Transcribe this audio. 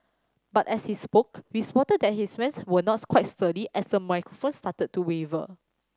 but as he spoke we spotted that his were not quite sturdy as the microphone started to waver